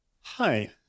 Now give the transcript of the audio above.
Hi